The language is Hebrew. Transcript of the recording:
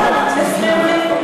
עברת מזמן.